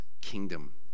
kingdom